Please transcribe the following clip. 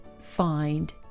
find